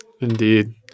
Indeed